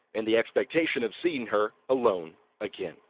in the expectation of seeing her alone again.